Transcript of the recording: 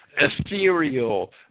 ethereal